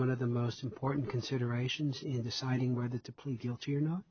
one of the most important considerations in deciding whether to plead guilty or not